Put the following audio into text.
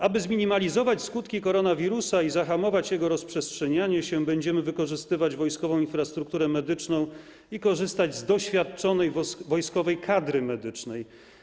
Aby zminimalizować skutki koronawirusa i zahamować jego rozprzestrzenianie się, będziemy wykorzystywać wojskową infrastrukturę medyczną i korzystać z doświadczonej wojskowej kadry medycznej.